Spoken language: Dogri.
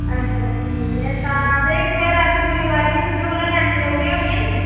अच्छा ठीक ऐ तां फिर अस दूई बारी बी थुआढ़े कोला लैने जोगे होगे निं